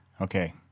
okay